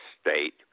state